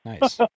nice